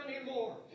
anymore